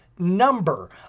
number